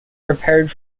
prepared